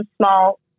small